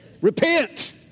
Repent